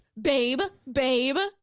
babe, babe.